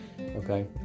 okay